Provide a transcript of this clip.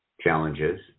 challenges